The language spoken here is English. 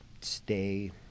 stay